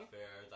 fair